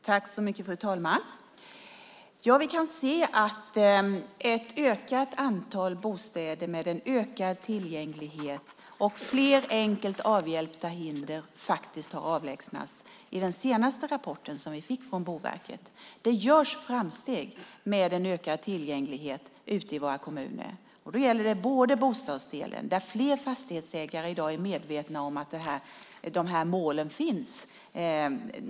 Fru talman! Vi kan se ett ökat antal bostäder med en ökad tillgänglighet, och fler enkelt avhjälpta hinder har faktiskt avlägsnats enligt den senaste rapporten som vi fick från Boverket. Det görs framsteg när det gäller ökad tillgänglighet ute i våra kommuner. Det gäller bland annat bostadsdelen. Fler fastighetsägare är i dag är medvetna om att dessa mål finns.